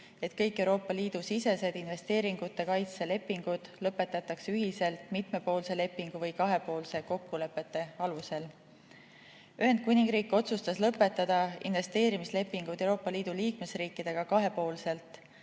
et kõik Euroopa Liidu sisesed investeeringute kaitse lepingud lõpetatakse ühiselt mitmepoolse lepingu või kahepoolse kokkuleppe alusel. Ühendkuningriik otsustas lõpetada investeerimislepingud Euroopa Liidu liikmesriikidega kahepoolselt.